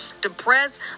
depressed